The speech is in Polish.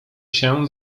się